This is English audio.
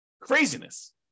Craziness